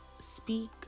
speak